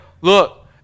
look